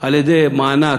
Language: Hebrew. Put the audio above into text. על-ידי מענק,